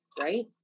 right